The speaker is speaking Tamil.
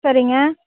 சரிங்க